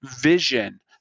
vision